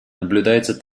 наблюдается